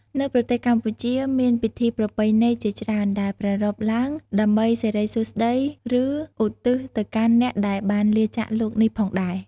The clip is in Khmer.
នៅប្រទេសកម្ពុជា មានពិធីប្រពៃណីជាច្រើន ដែលប្រារព្ធឡើងដើម្បីសិរីសួស្តី ឬឧទ្ទិស ទៅកាន់អ្នកដែលបានលាចាកលោកនេះផងដែរ។